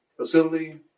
Facility